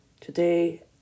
Today